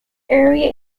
area